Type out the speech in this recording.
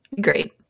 great